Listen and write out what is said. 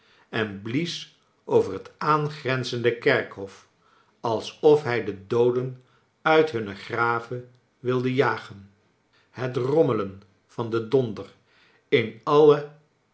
en blies over het aangrenzende kerkhof alsof hij de dooden uit hunne graven wilde jagen het rommelen van den donder in alle